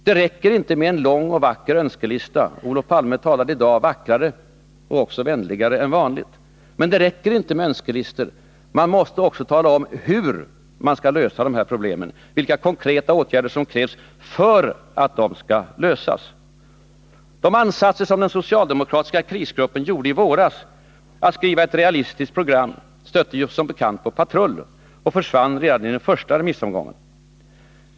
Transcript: Det räcker inte med en lång och vacker önskelista — Olof Palme talade i dag vackrare och också vänligare än vanligt — utan man måste också tala om, hur man skall lösa de här problemen, vilka konkreta åtgärder som krävs för att de skall lösas. Men de ansatser som den socialdemokratiska krisgruppen gjorde i våras att skriva ett realistiskt program stötte som bekant på patrull och försvann redan iden första remissomgången.